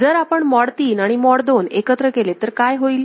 जर आपण मॉड 3 आणि मॉड 2 एकत्र केले तर काय होईल